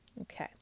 Okay